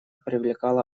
привлекало